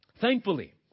Thankfully